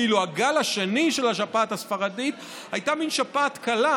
ואילו הגל השני של השפעת הספרדית היה מין שפעת קלה,